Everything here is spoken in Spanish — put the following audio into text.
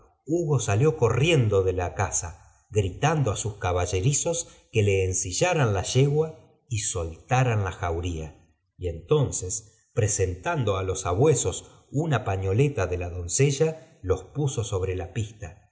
hugo salió corrien j do de la casa gritando á sus caballerizos que le ensillaran la yegua y soltaran la jauría y entonces presentando á los sabuesos una pañoleta de la doncella los puso sobre la pista